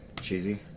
Cheesy